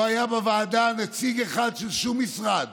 לא היה בוועדה נציג אחד של שום משרד